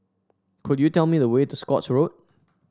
could you tell me the way to Scotts Road